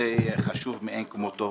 חשוב מאין כמותו,